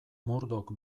murdoch